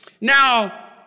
Now